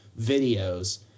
videos